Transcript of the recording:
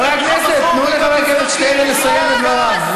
תנו לחבר הכנסת שטרן לסיים את דבריו.